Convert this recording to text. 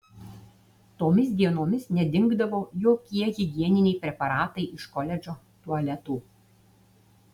tomis dienomis nedingdavo jokie higieniniai preparatai iš koledžo tualetų